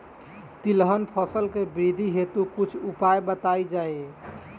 तिलहन फसल के वृद्धी हेतु कुछ उपाय बताई जाई?